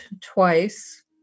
twice